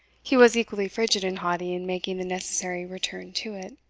he was equally frigid and haughty in making the necessary return to it